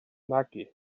magu